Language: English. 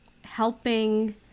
helping